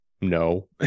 No